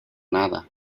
nada